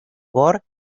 por